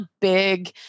big